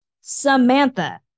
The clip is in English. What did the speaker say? Samantha